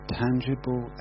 tangible